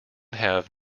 have